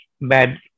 bad